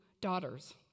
daughters